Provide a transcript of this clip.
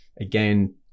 again